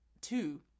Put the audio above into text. two